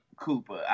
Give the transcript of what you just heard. Cooper –